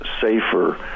safer